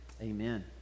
Amen